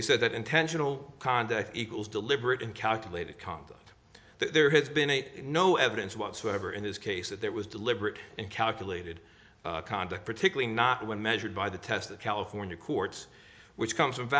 they said that intentional conduct equals deliberate and calculated conduct there has been a no evidence whatsoever in this case that there was deliberate and calculated conduct particularly not when measured by the test of california courts which comes from